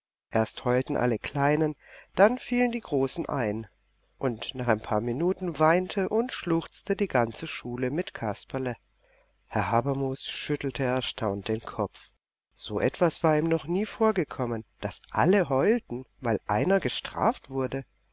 erst heulten alle kleinen dann fielen die großen ein und nach ein paar minuten weinte und schluchzte die ganze schule mit kasperle herr habermus schüttelte erstaunt den kopf so etwas war ihm doch noch nie vorgekommen daß alle heulten weil einer gestraft wurde